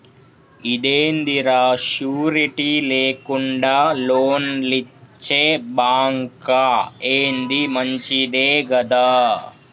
ఇదేందిరా, షూరిటీ లేకుండా లోన్లిచ్చే బాంకా, ఏంది మంచిదే గదా